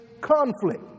conflict